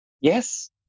yes